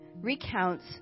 recounts